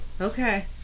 Okay